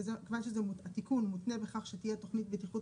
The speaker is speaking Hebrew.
כיוון שהתיקון מותנה בכך שתהייה תוכנית בטיחות